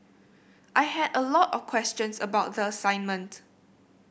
I had a lot of questions about the assignment